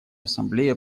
ассамблея